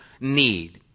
need